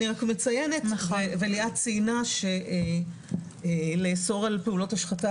אני רק מציינת וליאת ציינה שלאסור על פעולות השחתה